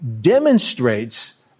demonstrates